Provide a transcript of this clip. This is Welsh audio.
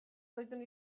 doeddwn